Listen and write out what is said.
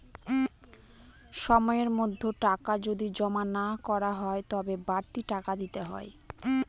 সময়ের মধ্যে টাকা যদি জমা না করা হয় তবে বাড়তি টাকা দিতে হয়